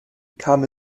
kam